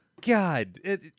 God